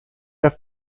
left